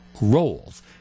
roles